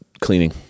cleaning